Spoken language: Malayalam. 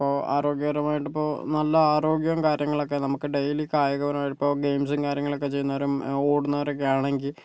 ഇപ്പോൾ ആരോഗ്യപരമായിട്ടിപ്പോൾ നല്ല ആരോഗ്യവും കാര്യങ്ങളൊക്കെ നമുക്ക് ഡെയിലി കായികപരമായിട്ട് ഇപ്പോൾ ഗെയിംസും കാര്യങ്ങളൊക്കെ ചെയ്യുന്നവരും ഓടുന്നവരൊക്കെ ആണെങ്കിൽ